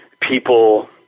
people